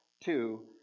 Two